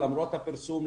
למרות הפרסום,